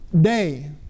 day